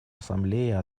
ассамблее